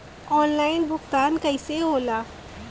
Online भुगतान कईसे होला?